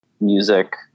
music